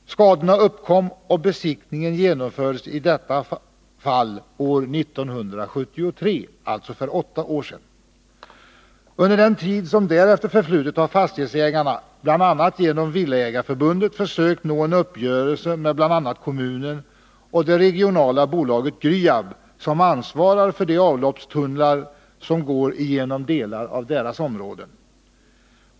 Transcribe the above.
Skadorna uppkom och besiktningen genomfördes i detta fall år 1973, alltså för åtta år sedan. Under den tid som därefter förflutit har fastighetsägarna, bl.a. genom Villaägarförbundet, försökt nå en uppgörelse med bl.a. kommunen och det regionala bolaget GRYAAB, som ansvarar för de avloppstunnlar som går igenom delar av dessa områden.